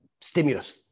stimulus